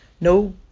no